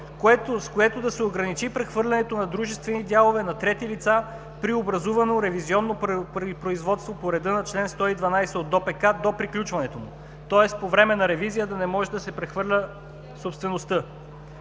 с което да се ограничи прехвърлянето на дружествени дялове на трети лица при образувано ревизионно производство по реда на чл. 112 от ДОПК до приключването му, тоест по време на ревизия да не може да се прехвърля собствеността.